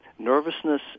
Nervousness